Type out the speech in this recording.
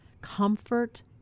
comfort